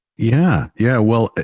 yeah. yeah. well,